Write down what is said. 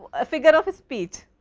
a figure of speech.